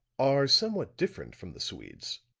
are somewhat different from the swedes.